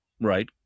right